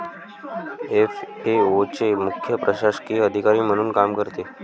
FAO चे मुख्य प्रशासकीय अधिकारी म्हणून काम करते